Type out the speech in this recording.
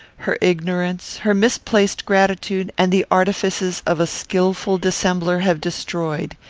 her ignorance, her misplaced gratitude and the artifices of a skilful dissembler, have destroyed,